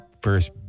first